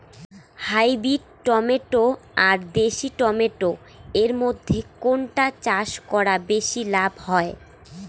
Hybrid tomato আর দেশি tomato এর মইধ্যে কোনটা চাষ করা বেশি লাভ হয়?